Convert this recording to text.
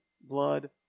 blood